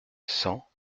cent